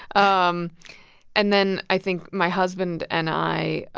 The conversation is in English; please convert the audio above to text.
um and then i think my husband and i,